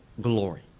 glory